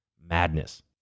Madness